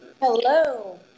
hello